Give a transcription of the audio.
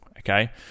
Okay